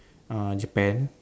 ah Japan